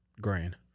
grand